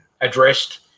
addressed